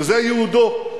שזה ייעודו.